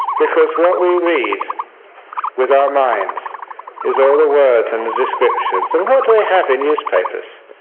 because what we read with our minds is all the words and the descriptions and what do they have in newspapers?